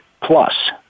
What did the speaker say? plus